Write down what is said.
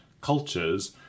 cultures